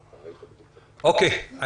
אוקיי.